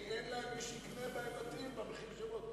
כי אין להם מי שיקנה בתים במחיר שהם בונים.